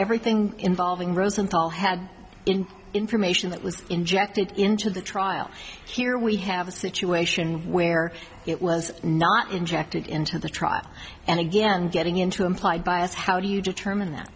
everything involving rosenthal had information that was injected into the trial here we have a situation where it was not injected into the trial and again getting into implied bias how do you determine that